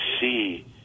see